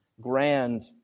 grand